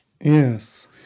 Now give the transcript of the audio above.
Yes